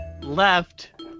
left